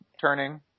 turning